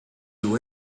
you